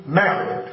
married